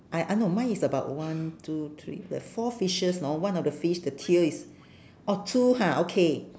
ah ah no mine is about one two three fo~ four fishes know one of the fish the tail is orh two ha okay